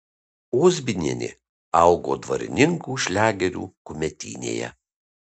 ozbinienė augo dvarininkų šliagerių kumetynėje